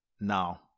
now